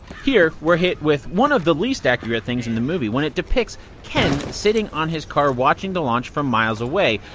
here we're hit with one of the least accurate things in the movie when it depicts ken sitting on his car watching the launch from miles away.